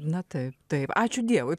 na taip taip ačiū dievui